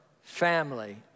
family